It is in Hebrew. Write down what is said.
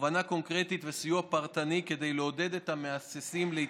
בהכוונה קונקרטית וסיוע פרטני כדי לעודד את המהססים להתחסן.